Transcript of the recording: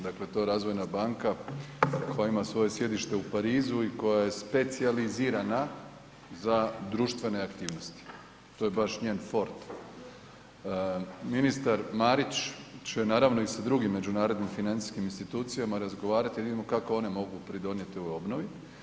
Dakle, to je razvojna banka koja ima svoje sjedište u Parizu i koja je specijalizirana za društvene aktivnosti, to je baš njen fort, ministar Marić će naravno i sa drugim međunarodnim financijskim institucijama razgovarati da vidimo kako oni mogu pridonijeti ovoj obnovi.